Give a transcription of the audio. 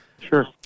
Sure